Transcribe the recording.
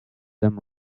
them